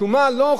לא הוכנסו.